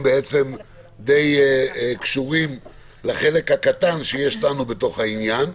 די קשורות לחלק הקטן שיש לנו בתוך העניין.